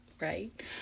Right